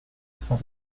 cent